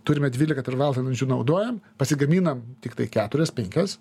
turime dvylika teravatvalandžių naudojam pasigaminam tiktai keturias penkias